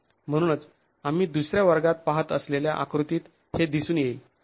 म्हणूनच आम्ही दुसऱ्या वर्गात पाहत असलेल्या आकृतीत हे दिसून येते